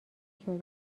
شدم